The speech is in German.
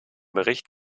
bericht